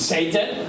Satan